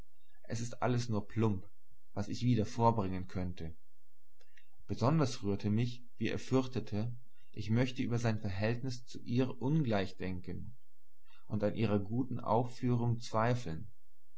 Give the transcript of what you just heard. es ist alles nur plump was ich wieder vorbringen könnte besonders rührte mich wie er fürchtete ich möchte über sein verhältnis zu ihr ungleich denken und an ihrer guten aufführung zweifeln